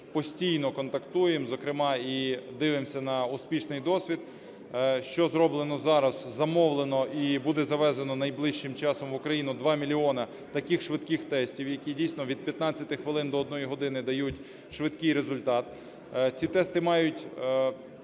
постійно контактуємо, зокрема і дивимося на успішний досвід. Що зроблено зараз: замовлено і буде завезено найближчим часом в Україну 2 мільйони таких швидких тестів, які, дійсно, від 15 хвилин до 1 години дають швидкий результат. Ці тести мають